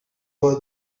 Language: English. was